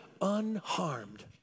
unharmed